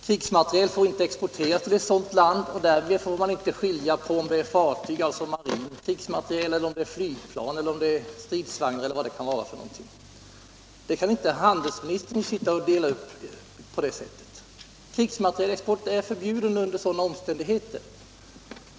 Krigsmateriel får inte exporteras till ett sådant land, och därmed får man inte skilja på om det är fartyg — alltså marin krigsmateriel — eller om det är flygplan, stridsvagnar eller vad det kan vara. Handelsministern kan inte sitta och dela upp på det sättet. Krigsmaterielexport är förbjuden under sådana omständigheter.